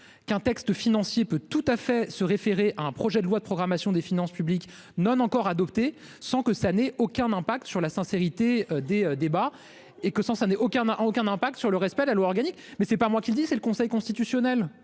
qu'un texte financier peut tout à fait se référer à un projet de loi de programmation des finances publiques non encore adoptée sans que ça n'ait aucun impact sur la sincérité des débats et que, sans ça n'ai aucun a aucun impact sur le respect, la loi organique mais c'est pas moi qui le dis, c'est le Conseil constitutionnel.